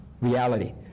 reality